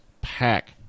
pack